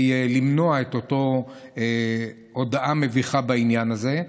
למנוע את אותה הודעה מביכה בעניין הזה.